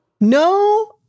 No